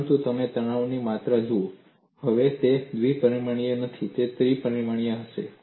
પરંતુ તમે તાણની માત્રા જુઓ તે હવે દ્વિ પરિમાણીય નથી તે ત્રિપરિમાણીય હશે